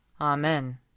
Amen